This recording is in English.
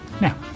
Now